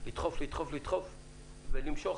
לדחוף ולהגיד: